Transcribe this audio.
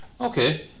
Okay